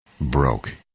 broke